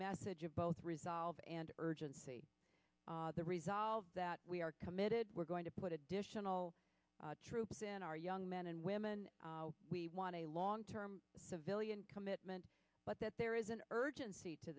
message of both resolve and urgency the resolve that we are committed we're going to put additional troops in our young men and women we want a long term civilian commitment but that there is an urgency to